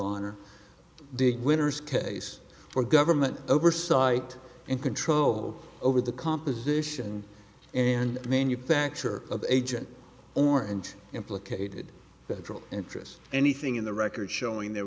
honor dig winners case for government oversight and control over the composition and manufacture of agent or and implicated federal interest anything in the record showing there